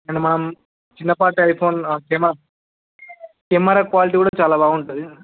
and మనం చిన్నపాటి iPhone optimum camera quality కూడా చాల బాగుంటుంది